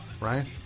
right